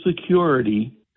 Security